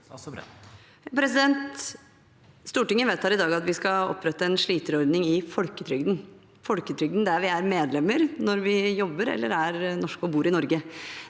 Stortinget vedtar i dag at vi skal opprette en sliterordning i folketrygden – der vi er medlemmer når vi jobber, eller er norske og bor i Norge.